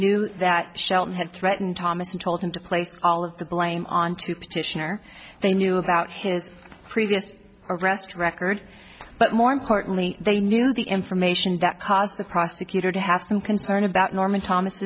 knew that shelton had threatened thomas and told him to place all of the blame onto petitioner they knew about his previous arrest record but more importantly they knew the information that caused the prosecutor to have some concern about norman